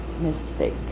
mistake